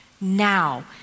now